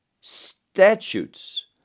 statutes